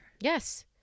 Yes